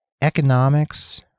economics